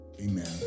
Amen